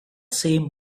same